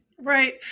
Right